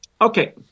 Okay